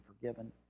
forgiven